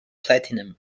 platinum